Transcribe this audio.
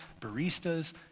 baristas